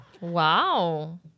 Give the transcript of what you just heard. Wow